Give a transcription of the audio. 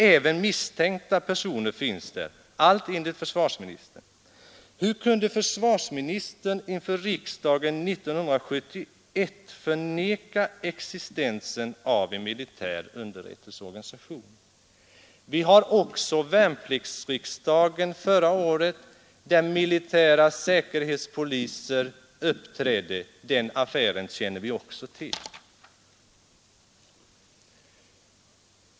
Även misstänkta personer finns där, allt enligt försvarsministern. Hur kunde då försvarsministern inför riksdagen 1971 förneka existensen av en militär underrättelseorganisation? Även vid värnpliktsriksdagen förra året uppträdde militära säkerhetspoliser. Den affären känner vi också till.